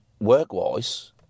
work-wise